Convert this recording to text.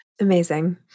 Amazing